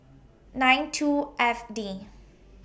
nine two F D